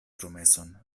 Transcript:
promeson